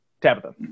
Tabitha